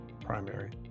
primary